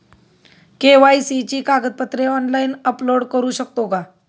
KYC ची कागदपत्रे online upload करू शकतो का?